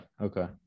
okay